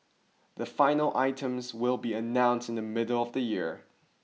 the final items will be announced in the middle of the year